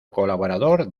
colaborador